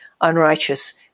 unrighteous